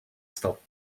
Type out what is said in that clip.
stop